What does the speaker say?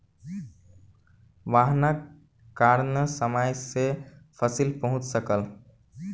वाहनक कारणेँ समय सॅ फसिल पहुँच सकल